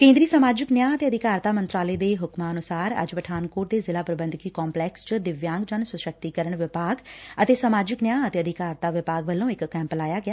ਕੇਂਦਰੀ ਸਮਾਜਿਕ ਨਿਆਂ ਅਤੇ ਅਧਿਕਾਰਤਾ ਮੰਤਰਾਲੇ ਨੇ ਆਦੇਸ਼ਾਂ ਅਨੁਸਾਰ ਅੱਜ ਪਠਾਨਕੋਟ ਦੇ ਜ਼ਿਲਾ ਪ੍ਰਬੰਧਕੀ ਕੰਪਲੈਕਸ ਚ ਦਿਵਿਆਂਗ ਜਨ ਸ਼ਸਕਤੀਕਰਨ ਵਿਭਾਗ ਅਤੇ ਸਮਾਜਿਕ ਨਿਆਂ ਅਤੇ ਅਧਿਕਾਰਤਾ ਵਿਭਾਗ ਵੱਲੋਂ ਇਕ ਕੈਂਪ ਲਾਇਆ ਗਿਆ